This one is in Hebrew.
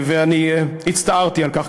ואני הצטערתי על כך,